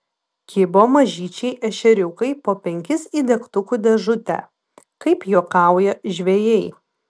kibo mažyčiai ešeriukai po penkis į degtukų dėžutę kaip juokauja žvejai